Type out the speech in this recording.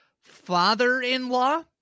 father-in-law